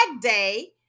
day